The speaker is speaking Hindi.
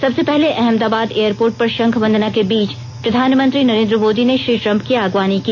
सबसे पहले अहमदाबाद एयरपोर्ट पर शंख वंदना के बीच प्रधानमंत्री नरेन्द्र मोदी ने श्री द्रम्प की आगवानी की